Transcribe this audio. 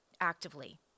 actively